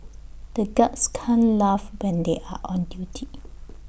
the guards can't laugh when they are on duty